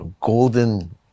golden